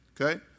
Okay